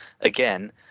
again